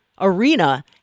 arena